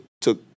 took